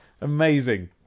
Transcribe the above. Amazing